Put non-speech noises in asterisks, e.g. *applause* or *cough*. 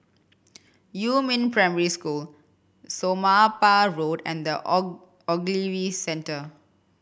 Yumin Primary School Somapah Road and The *unintelligible* Ogilvy Centre